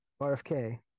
RFK